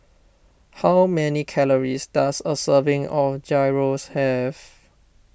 how many calories does a serving of Gyros have